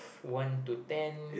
one to ten